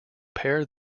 pair